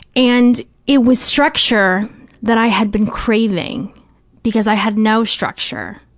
and it was structure that i had been craving because i had no structure,